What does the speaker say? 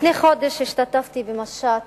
לפני חודש השתתפתי במשט